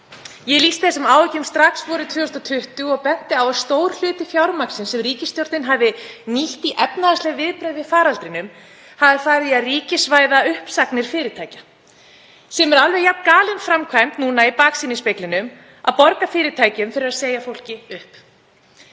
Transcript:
Ég lýsti þessum áhyggjum strax vorið 2020 og benti á að stór hluti fjármagnsins sem ríkisstjórnin hefði nýtt í efnahagsleg viðbrögð við faraldrinum hefði farið í að ríkisvæða uppsagnir fyrirtækja sem er alveg jafn galin framkvæmd núna í baksýnisspeglinum, að borga fyrirtækjum fyrir að segja fólki upp.